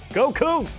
Goku